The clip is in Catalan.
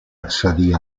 accedir